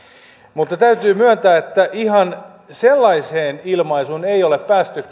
mutta täytyy myöntää että ihan sellaiseen ilmaisuun ei ole päästy